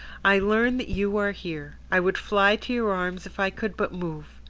i learn that you are here. i would fly to your arms if i could but move.